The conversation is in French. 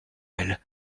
elle